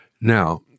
Now